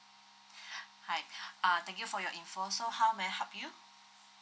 hi uh thank you for your info so how may I help you